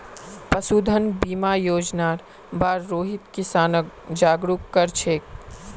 पशुधन बीमा योजनार बार रोहित किसानक जागरूक कर छेक